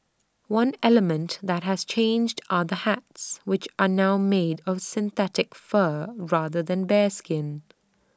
one element that has changed are the hats which are now made of synthetic fur rather than bearskin